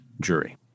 jury